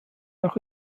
auch